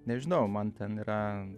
nežinau man ten yra